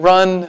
Run